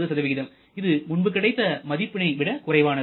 9 இது முன்பு கிடைத்த மதிப்பினை விட குறைவானது